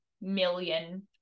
million